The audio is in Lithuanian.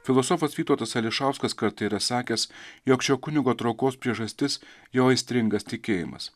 filosofas vytautas ališauskas kartą yra sakęs jog šio kunigo traukos priežastis jo aistringas tikėjimas